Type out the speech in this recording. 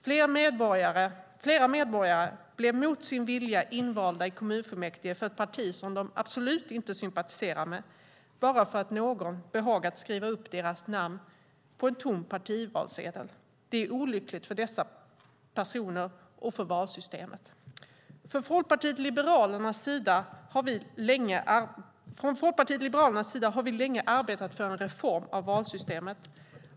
Flera medborgare blev mot sin vilja invalda i kommunfullmäktige för ett parti de absolut inte sympatiserar med, bara för att någon behagat skriva upp deras namn på en tom partivalsedel. Det är olyckligt för dessa personer och för valsystemet. Från Folkpartiet liberalernas sida har vi länge arbetat för en reform av valsystemet.